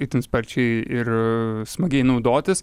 itin sparčiai ir smagiai naudotis